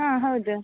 ಹಾಂ ಹೌದು